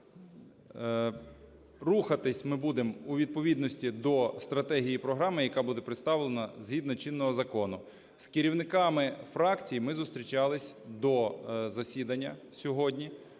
Рухатися ми будемо у відповідності до стратегії і програми, яка буде представлена згідно чинного закону. З керівниками фракцій ми зустрічалися до засідання сьогодні,